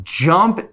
jump